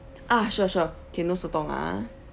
ah sure sure okay no sotong ah